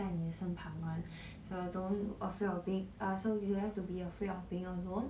在你身旁 [one] so don't afraid of being so you don't have to be afraid of being alone